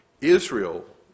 Israel